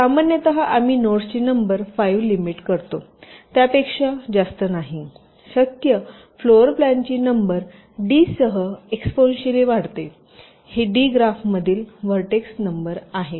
सामान्यत आम्ही नोड्सची नंबर 5 लिमिट करतो त्यापेक्षा जास्त नाही शक्य फ्लोर प्लॅनची नंबर डीसह एक्सपोनेशिअली वाढते डी ग्राफतील व्हर्टेक्स नंबर आहे